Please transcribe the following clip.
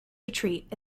retreat